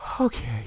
Okay